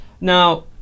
Now